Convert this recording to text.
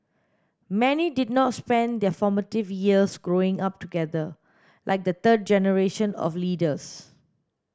many did not spend their formative years growing up together like the third generation of leaders